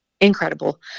incredible